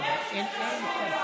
לך לסוריה,